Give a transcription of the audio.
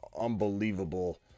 Unbelievable